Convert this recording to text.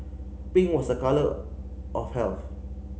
pink was a colour of health